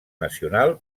nacional